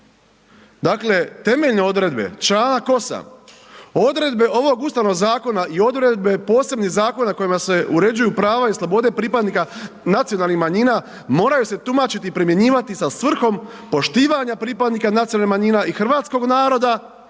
Dakle, temeljne odredbe Članak 8., odredbe ovog ustavnog zakona i odredbe posebnih zakona kojima se uređuju prava i slobode pripadnika nacionalnih manjina moraju se tumačiti, primjenjivati sa svrhom poštivanja pripadnika nacionalnih manjina i hrvatskog naroda,